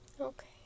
Okay